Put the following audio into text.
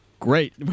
Great